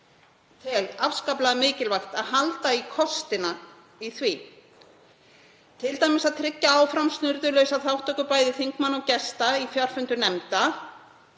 tel afskaplega mikilvægt að halda í kostina í því, t.d. að tryggja áfram snurðulausa þátttöku bæði þingmanna og gesta á fjarfundum nefnda